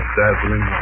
dazzling